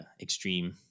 extreme